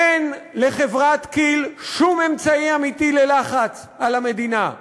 אין לחברת כי"ל שום אמצעי אמיתי ללחץ על המדינה.